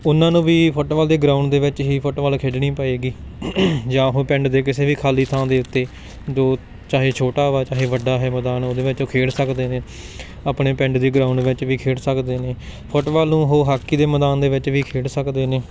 ਓਹਨਾਂ ਨੂੰ ਵੀ ਫੁੱਟਬਾਲ ਦੇ ਗਰਾਊਂਡ ਦੇ ਵਿੱਚ ਹੀ ਫੁੱਟਵਾਲ ਖੇਡਣੀ ਪਏਗੀ ਜਾਂ ਉਹ ਪਿੰਡ ਦੇ ਕਿਸੇ ਵੀ ਖਾਲੀ ਥਾਂ ਦੇ ਉੱਤੇ ਜੋ ਚਾਹੇ ਛੋਟਾ ਵਾ ਚਾਹੇ ਵੱਡਾ ਹੈ ਮੈਦਾਨ ਓਹਦੇ ਵਿੱਚ ਓਹ ਖੇਡ ਸਕਦੇ ਨੇ ਆਪਣੇ ਪਿੰਡ ਦੀ ਗਰਾਊਂਡ ਵਿੱਚ ਵੀ ਖੇਡ ਸਕਦੇ ਨੇ ਫੁੱਟਵਾਲ ਨੂੰ ਉਹ ਹਾਕੀ ਦੇ ਮੈਦਾਨ ਦੇ ਵਿੱਚ ਵੀ ਖੇਡ ਸਕਦੇ ਨੇ